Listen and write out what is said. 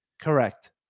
Correct